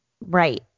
right